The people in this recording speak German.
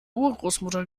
urgroßmutter